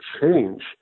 change